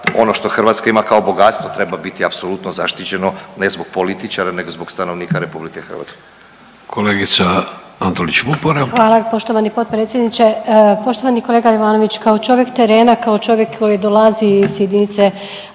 ono što Hrvatska ima kao bogatstvo treba biti apsolutno zaštićeno ne zbog političara nego zbog stanovnika RH. **Vidović, Davorko (Socijaldemokrati)** Kolegica Antolić Vupora. **Antolić Vupora, Barbara (SDP)** Hvala poštovani potpredsjedniče. Poštovani kolega Ivanoviću, kao čovjek terena, kao čovjek koji dolazi iz jedinice